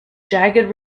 jagged